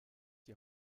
die